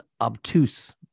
obtuse